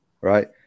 right